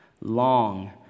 Long